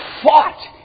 fought